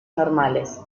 normales